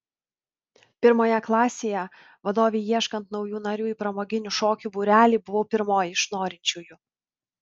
pirmoje klasėje vadovei ieškant naujų narių į pramoginių šokių būrelį buvau pirmoji iš norinčiųjų